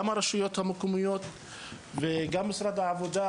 גם של הרשויות המקומיות וגם של משרד העבודה,